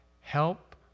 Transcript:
help